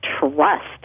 trust